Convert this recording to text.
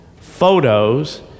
photos